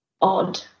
odd